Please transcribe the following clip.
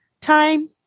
time